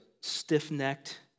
stiff-necked